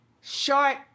Short